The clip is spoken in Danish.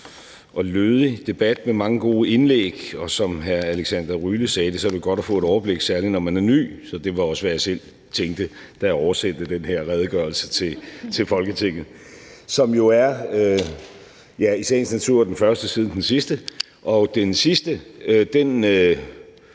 og lødig debat med mange gode indlæg, og som hr. Alexander Ryle sagde, er det godt at få et overblik, særlig når man er ny. Det var også, hvad jeg selv tænkte, da jeg oversendte den her redegørelse til Folketinget. Den er jo i sagens natur den første siden den sidste, og den sidste debat